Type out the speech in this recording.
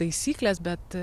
taisyklės bet